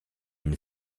une